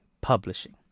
publishing